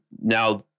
now